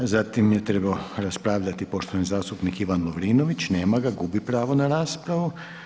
Zatim je trebao raspravljati poštovani zastupnik Ivan Lovrinović, nema ga, gubi pravo na raspravu.